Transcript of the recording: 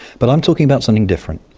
but i'm talking about something different.